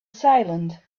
silent